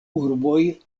urboj